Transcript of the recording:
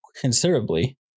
considerably